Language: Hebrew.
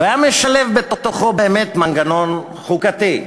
היה משלב בתוכו מנגנון חוקתי,